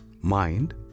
mind